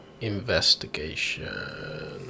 investigation